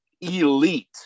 elite